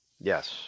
Yes